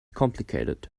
complicated